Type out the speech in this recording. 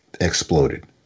exploded